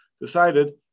decided